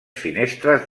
finestres